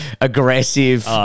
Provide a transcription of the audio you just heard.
aggressive